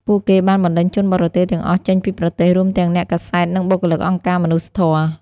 ពួកគេបានបណ្ដេញជនបរទេសទាំងអស់ចេញពីប្រទេស រួមទាំងអ្នកកាសែត និងបុគ្គលិកអង្គការមនុស្សធម៌។